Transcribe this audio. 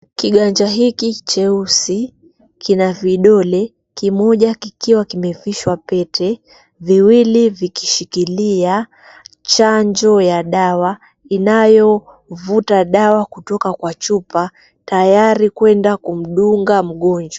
Kiganja hiki cheusi kina vidole, kimoja kikiwa kimevishwa pete, viwili vikishikilia chanjo ya dawa, inayovuta dawa kutoka kwa chupa tayari kwenda kumdunga mgonjwa.